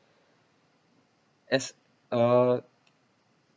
as uh